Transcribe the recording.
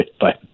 bye